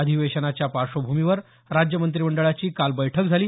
अधिवेशनाच्या पार्श्वभूमीवर राज्य मंत्रिमंडळाची काल बैठक झाली